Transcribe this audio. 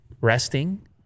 resting